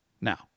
Now